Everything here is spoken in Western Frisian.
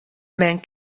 men